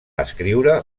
escriure